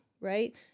right